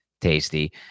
tasty